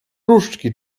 różdżki